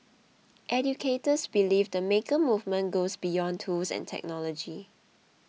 educators believe the maker movement goes beyond tools and technology